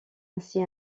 ainsi